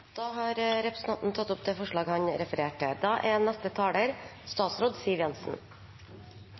Representanten Sigbjørn Gjelsvik har tatt opp det forslaget han refererte til.